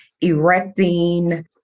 erecting